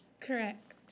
Correct